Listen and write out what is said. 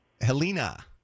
Helena